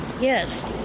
yes